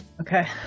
okay